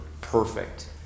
perfect